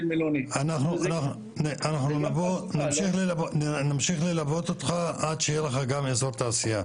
אנחנו נמשיך ללוות אותך עד שיהיה לך גם אזור תעשייה,